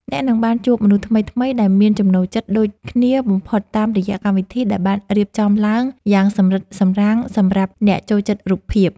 អ្នកនឹងបានជួបមនុស្សថ្មីៗដែលមានចំណូលចិត្តដូចគ្នាបំផុតតាមរយៈកម្មវិធីដែលបានរៀបចំឡើងយ៉ាងសម្រិតសម្រាំងសម្រាប់អ្នកចូលចិត្តរូបភាព។